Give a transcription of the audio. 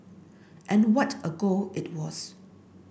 and what a goal it was